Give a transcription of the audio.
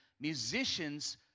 musicians